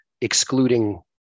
excluding